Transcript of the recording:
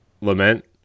lament